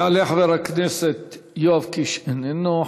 יעלה חבר הכנסת יואב קיש, איננו.